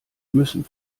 müssen